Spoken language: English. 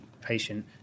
patient